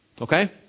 Okay